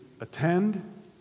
attend